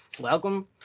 Welcome